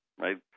right